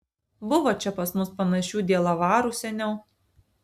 buvo čia pas mus panašių dielavarų seniau